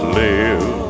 live